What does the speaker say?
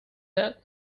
that